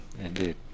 Indeed